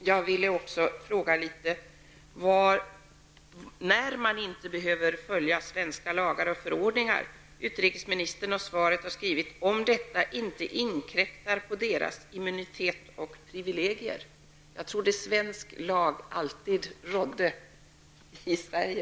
Jag undrar också vid vilka tillfällen utländska ambassader inte behöver följa svenska lagar och förordningar. Utrikesministern har i svaret skrivit att svenska lagar och förordningar skall följas av utländska ambassader ''om detta inte inkräktar på deras immunitet och privilegier''. Jag trodde att svensk lag alltid gällde i Sverige.